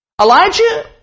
Elijah